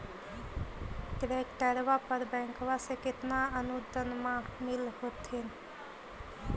ट्रैक्टरबा पर बैंकबा से कितना अनुदन्मा मिल होत्थिन?